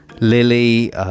Lily